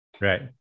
right